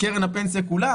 קרן הפנסיה כולה,